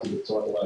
בצוות.